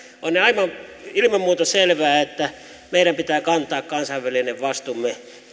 on ilman muuta selvää että meidän pitää kantaa kansainvälinen vastuumme